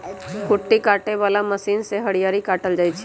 कुट्टी काटे बला मशीन से हरियरी काटल जाइ छै